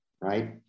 right